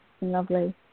lovely